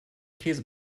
käse